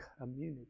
community